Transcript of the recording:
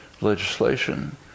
legislation